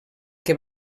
que